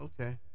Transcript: okay